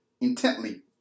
intently